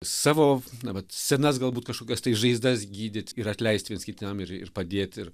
savo na vat senas galbūt kažkokias tai žaizdas gydyti ir atleisti viens kitam ir ir padėt ir